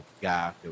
guy